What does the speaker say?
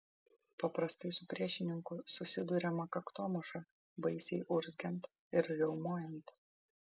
paprastai su priešininku susiduriama kaktomuša baisiai urzgiant ir riaumojant